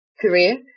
career